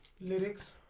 Lyrics